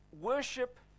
worship